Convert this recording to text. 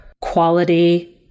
quality